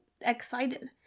excited